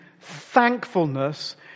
thankfulness